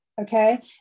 Okay